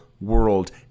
world